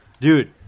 Dude